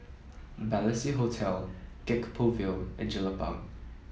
Balestier Hotel Gek Poh Ville and Jelapang